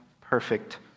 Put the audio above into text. perfect